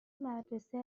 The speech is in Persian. مدرسه